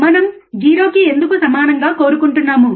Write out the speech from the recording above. మనం 0 కి ఎందుకు సమానంగా కోరుకుంటున్నాము